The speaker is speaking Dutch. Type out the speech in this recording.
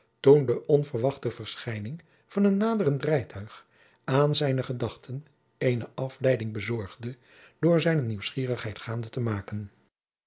de onverwachte verschijning van een naderend rijtuig aan zijne gedachten eene afleiding bezorgde door zijne nieuwsgierigheid gaande te maken